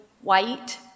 white